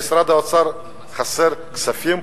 למשרד האוצר חסרים כספים,